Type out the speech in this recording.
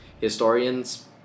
historians